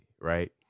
right